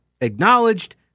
acknowledged